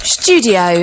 studio